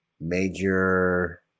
major